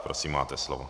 Prosím, máte slovo.